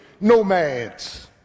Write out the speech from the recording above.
Nomads